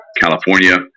California